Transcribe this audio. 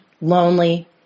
lonely